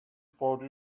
for